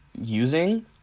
using